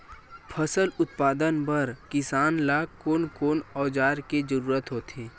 फसल उत्पादन बर किसान ला कोन कोन औजार के जरूरत होथे?